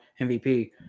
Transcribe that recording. MVP